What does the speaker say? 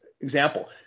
example